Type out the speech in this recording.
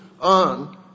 on